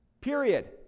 period